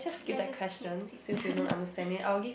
let's just keep